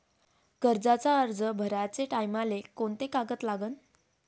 कर्जाचा अर्ज भराचे टायमाले कोंते कागद लागन?